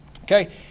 Okay